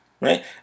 Right